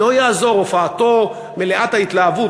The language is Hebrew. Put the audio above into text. לא תעזור הופעתו מלאת ההתלהבות,